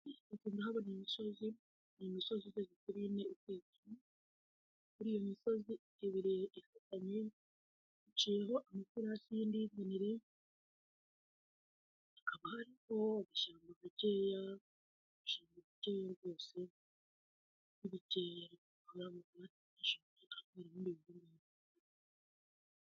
Hano ndahabona imisozi ni imisozi igera kuri ine iteganye kuri iyo misozi ibiri ifatanye haciyeho amaterasi y'indinganire hakaba hariho agashyamba gakeya, agashyamba gakeya rwose.